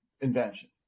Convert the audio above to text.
invention